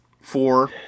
four